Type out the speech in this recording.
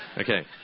Okay